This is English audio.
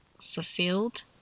fulfilled